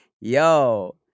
yo